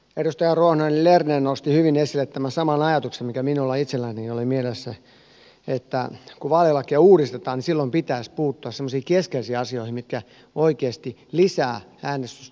edustaja ruohonen lerner nosti hyvin esille tämän saman ajatuksen mikä minulla itselläni oli mielessä että kun vaalilakia uudistetaan niin silloin pitäisi puuttua semmoisiin keskeisiin asioihin mitkä oikeasti lisäävät äänestysaktiivisuutta